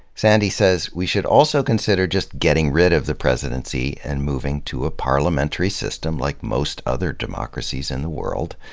sandy says we should also consider just getting rid of the presidency and moving to a parliamentary system, like most other democracies in the world.